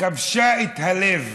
כבשה את הלב,